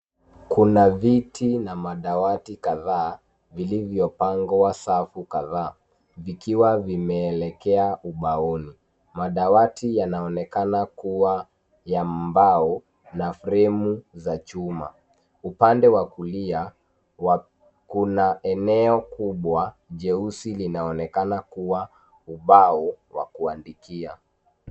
Kuna viti na madawati kadhaa vilivyopangwa safu kadhaa vikiwa vimeelekea ubaoni. Madawati yanaonekana kuwa ya mbao na fremu za chuma. Upande wa kulia, kuna eneo kubwa jeusi linaonekana kuwa ubao wa kuandikia.